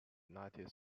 united